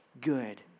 good